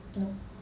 no